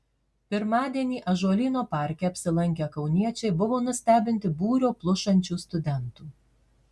pirmadienį ąžuolyno parke apsilankę kauniečiai buvo nustebinti būrio plušančių studentų